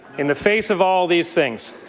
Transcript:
in the face of all these things,